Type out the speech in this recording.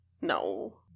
no